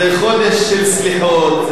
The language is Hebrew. זה חודש של סליחות,